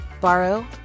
borrow